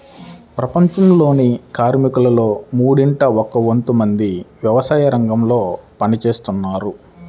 ప్రపంచంలోని కార్మికులలో మూడింట ఒక వంతు మంది వ్యవసాయరంగంలో పని చేస్తున్నారు